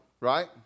right